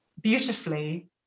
beautifully